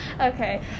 Okay